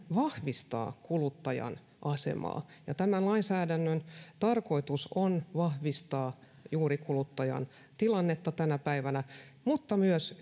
vahvistaa kuluttajan asemaa tämän lainsäädännön tarkoitus on vahvistaa juuri kuluttajan tilannetta tänä päivänä mutta myös